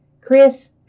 Chris